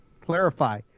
clarify